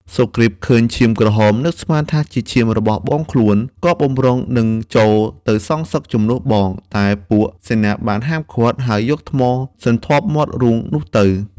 សុគ្រីពឃើញឈាមក្រហមនឹកស្មានថាជាឈាមរបស់បងខ្លួន ក៏បម្រុងនឹងចូល ទៅសងសឹកជំនួសបង តែពួកសេនាបានហាមឃាត់ ហើយយកថ្មសន្ធប់មាត់រូងនោះទៅ។